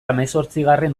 hemezortzigarren